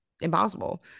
impossible